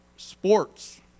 Sports